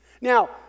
Now